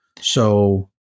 So-